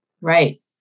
Right